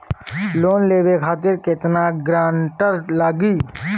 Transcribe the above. Loan लेवे खातिर केतना ग्रानटर लागी?